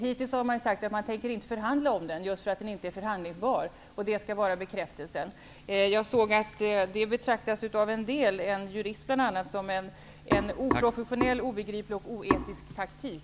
Hittills har man sagt att man inte tänker förhandla om den, just därför att den inte är förhandlingsbar, och att det skall vara bekräftelsen. Detta betraktas av en del, en jurist bl.a., som en oproffessionell, obegriplig och oetisk taktik.